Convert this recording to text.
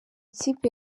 kipe